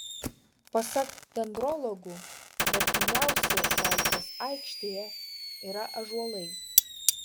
pasak dendrologų vertingiausi laisvės aikštėje yra ąžuolai